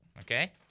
Okay